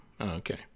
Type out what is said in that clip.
okay